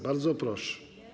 Bardzo proszę.